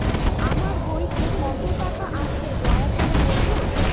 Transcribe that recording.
আমার বইতে কত টাকা আছে দয়া করে বলবেন?